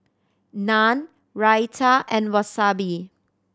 Naan Raita and Wasabi